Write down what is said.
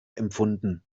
empfunden